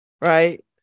right